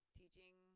teaching